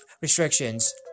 restrictions